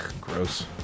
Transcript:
gross